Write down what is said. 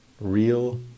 real